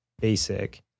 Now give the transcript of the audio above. basic